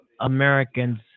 Americans